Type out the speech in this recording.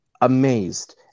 amazed